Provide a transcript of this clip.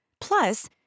Plus